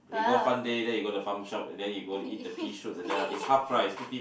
you go Fun Day then you go the fun shop and then you go eat the pea-shoots and the is half price fifty